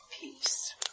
Peace